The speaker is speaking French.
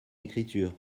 écriture